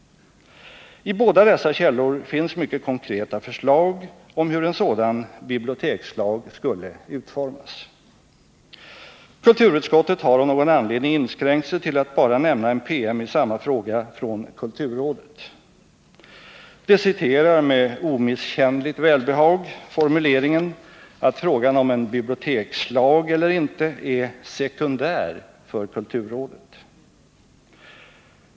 I båda dessa källor finns mycket konkreta förslag om hur en sådan bibliotekslag skulle utformas. Kulturutskottet har av någon anledning inskränkt sig till att bara nämna en PM i samma fråga från kulturrådet. Det citerar med omisskännligt välbehag formuleringen att frågan om en bibliotekslag eller inte är ”sekundär” för kulturrådet.